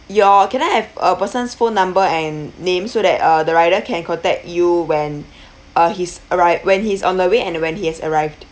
your can I have a person's phone number and name so that uh the rider can contact you when uh he's arri~ when he's on the way and when he has arrived